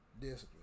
Discipline